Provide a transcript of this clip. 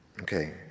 Okay